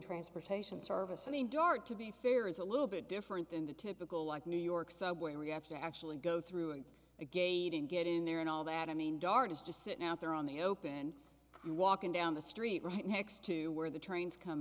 transportation service i mean dart to be fair is a little bit different than the typical like new york subway react you actually go through a gate and get in there and all that i mean dart is just sitting out there on the open walking down the street right next to where the trains come